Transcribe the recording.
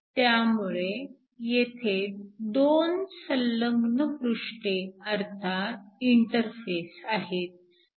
त्यामुळे येथे दोन संलग्न पृष्ठे अर्थात इंटरफेस आहेत